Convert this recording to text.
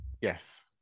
yes